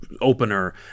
opener